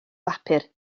bapur